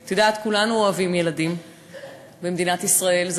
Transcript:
את יודעת, כולנו במדינת ישראל אוהבים ילדים.